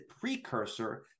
precursor